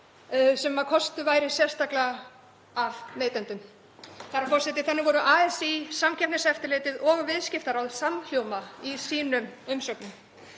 sem kostuð væri sérstaklega af neytendum. Herra forseti. Þannig voru ASÍ, Samkeppniseftirlitið og Viðskiptaráð samhljóma í sínum umsögnum.